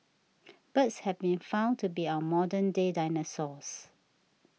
birds have been found to be our modern day dinosaurs